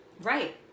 Right